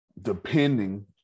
depending